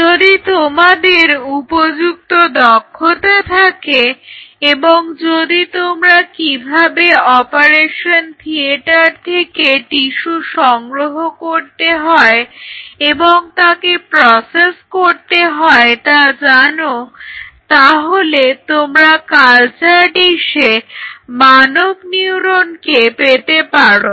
যদি তোমাদের উপযুক্ত দক্ষতা থাকে এবং যদি তোমরা কিভাবে অপারেশন থিয়েটার থেকে টিস্যু সংগ্রহ করতে হয় এবং তাকে প্রসেস করতে হয় তা জানো তাহলে তোমরা কালচার ডিসে মানব নিউরনকে পেতে পারো